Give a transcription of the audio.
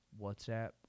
WhatsApp